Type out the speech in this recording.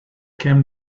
came